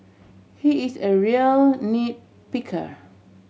he is a real nit picker